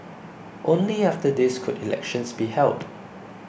only after this could elections be held